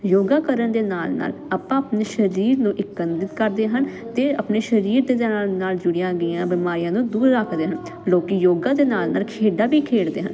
ਯੋਗਾ ਕਰਨ ਦੇ ਨਾਲ ਨਾਲ ਆਪਾਂ ਆਪਣੇ ਸਰੀਰ ਨੂੰ ਕਰਦੇ ਹਨ ਅਤੇ ਆਪਣੇ ਸਰੀਰ ਦੇ ਨਾਲ ਨਾਲ ਜੁੜੀਆਂ ਗਈਆਂ ਬਿਮਾਰੀਆਂ ਨੂੰ ਦੂਰ ਰੱਖਦੇ ਹਨ ਲੋਕ ਯੋਗਾ ਦੇ ਨਾਲ ਨਾਲ ਖੇਡਾਂ ਵੀ ਖੇਡਦੇ ਹਨ